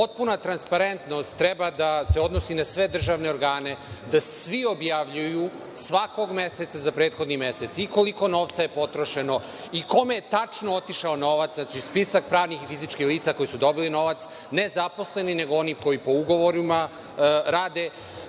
ponaša? Potpuna transparentnost treba da se odnosi na sve državne organe, da svi objavljuju, svakog meseca za prethodni mesec, i koliko je novca potrošeno, i kome je tačno otišao novac, znači spisak pravnih i fizičkih lica koji su dobili novac. Ne zaposlenih, nego onih koji po ugovorima rade.